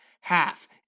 half